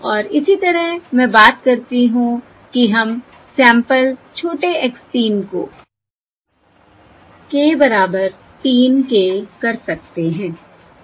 और इसी तरह मैं बात करती हूं कि हम सैंपल छोटे x 3 को k बराबर 3 के कर सकते हैं